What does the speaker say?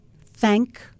thank